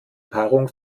paarung